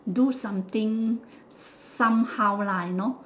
do something somehow lah you know